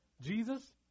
Jesus